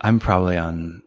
i'm probably on